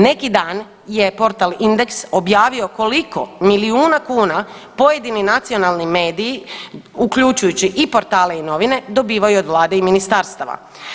Neki dan je portal Indeks objavio koliko milijuna kuna pojedini nacionalni mediji uključujući i portale i novine dobivaju od vlade i ministarstava.